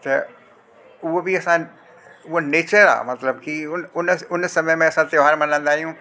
त उहो बि असां उहो नेचर आहे मतिलबु की उन उन उन समय में असां त्योहार मल्हाईंदा आहियूं